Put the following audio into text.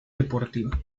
deportiva